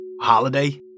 Holiday